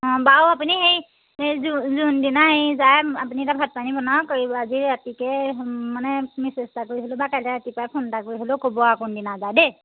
অঁ বাৰু আপুনি হেৰি যোন দিনাই যায় আপুনি এতিয়া ভাত পানী বনাওক আজি ৰাতিকে মানে মেচেজ এটা কৰি হ'লেও বা কাইলৈ ৰাতিপুৱাই ফোন এটা কৰি হ'লেও ক'ব আৰু কোনদিনা যায় দেই